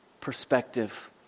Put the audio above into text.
perspective